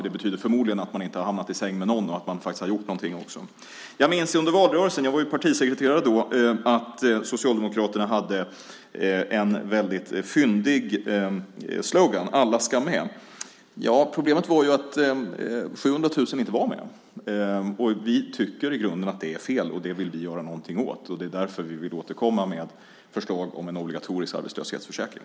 Det betyder förmodligen att man inte har hamnat i säng med någon och att man faktiskt har gjort någonting också. Jag minns under valrörelsen - jag var partisekreterare då - att Socialdemokraterna hade en väldigt fyndig slogan: Alla ska med. Problemet var att 700 000 inte var med. Vi tycker i grunden att det är fel, och det vill vi göra någonting åt. Det är därför vi vill återkomma med förslag om en obligatorisk arbetslöshetsförsäkring.